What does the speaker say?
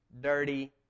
dirty